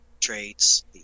traits